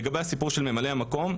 לגבי הסיפור של ממלאי המקום,